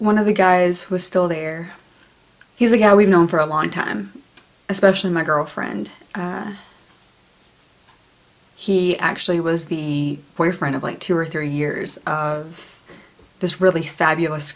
one of the guys who is still there he's a guy we've known for a long time especially my girlfriend he actually was the boyfriend of like two or three years of this really fabulous